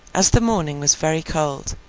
as the morning was very cold,